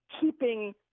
keeping